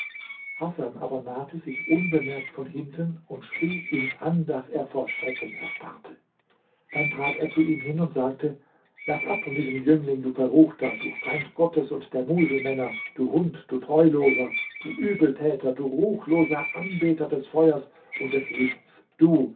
hasan aber nahte sich unbemerkt von hinten und schrie ihn an daß er vor schrecken erstarrte dann trat er zu ihm hin und sagte laß ab von diesem jüngling du verruchter du feind gottes und der muselmänner du hund du treuloser du übeltäter du ruchloser anbeter des feuers und des lichts du